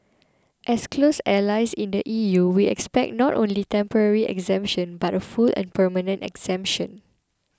as close allies in the E U we expect not only temporary exemption but a full and permanent exemption